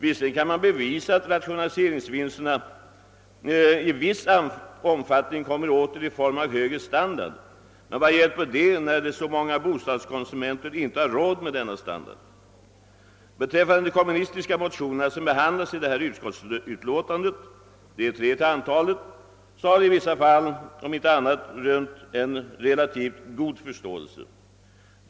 Visserligen kan man bevisa att rationaliseringen i viss omfattning givit utdelning i form av högre standard, men vad hjälper det när så många av bostadskonsumenterna inte har råd med denna standard? De kommunistiska motioner som behandlas i detta utskottsutlåtande — de är tre till antalet — har i vissa fall rönt en relativt god förståelse om inte annat.